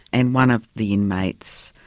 and one of the inmates,